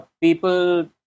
people